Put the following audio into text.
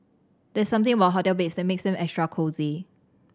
there's something about hotel beds that makes them extra cosy